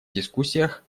дискуссиях